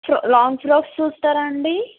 long frocks చూస్తారా అండి